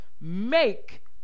Make